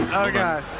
oh god.